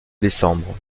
décembre